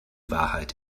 wahrheit